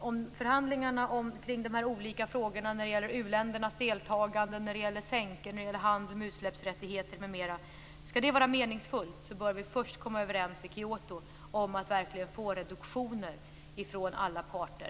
Om förhandlingarna kring de olika frågor som gäller u-ländernas deltagande, sänkor, handel med utsläppsrättighet m.m. skall vara meningsfulla måste vi först komma överens i Kyoto om att verkligen få reduktioner från alla parter.